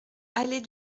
allée